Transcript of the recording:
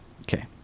Okay